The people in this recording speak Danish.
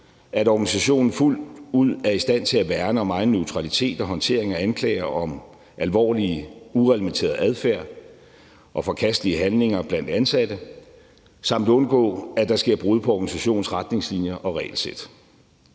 at organisationen fuldt ud er i stand til at værne om egen neutralitet og håndtering af anklager om alvorlig ureglementeret adfærd og forkastelige handlinger blandt ansatte samt undgå, at der sker brud på organisationens retningslinjer og regelsæt.